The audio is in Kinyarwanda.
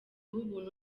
ubuntu